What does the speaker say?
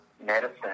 medicine